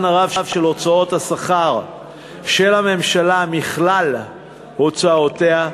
הרב של הוצאות השכר של הממשלה בכלל הוצאותיה,